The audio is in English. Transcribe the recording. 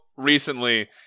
recently